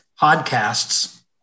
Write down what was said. podcasts